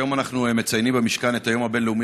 היום אנחנו מציינים במשכן את היום הבין-לאומי